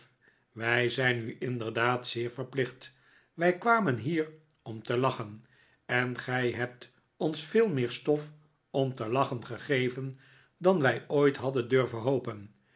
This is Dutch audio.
wij zijn u inderdaad zeer verplicht wij kwamen hier om te lachen en gii hebt ons veel meer stof om te lachen gegeven dan wij ooit hadden durven hop